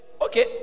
okay